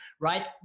right